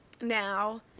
now